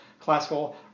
classical